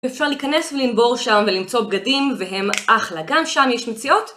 אפשר להיכנס ולנבור שם ולמצוא בגדים והם אחלה, גם שם יש מציאות.